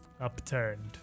upturned